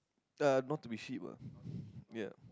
uh not to be sheep ah ya